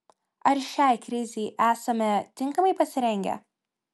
ar šiai krizei esame tinkamai pasirengę